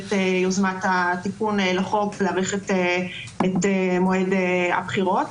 את יוזמת התיקון לחוק להאריך את מועד הבחירות,